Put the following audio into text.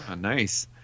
Nice